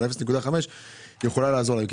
אבל ה-0.5 יכול לעזור להם,